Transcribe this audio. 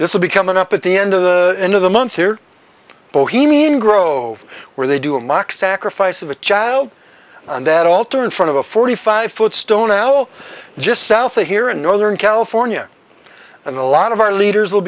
will be coming up at the end of the end of the month here bohemian grove where they do a mock sacrifice of a child and that all turned front of a forty five foot stone owl just south of here in northern california and a lot of our leaders will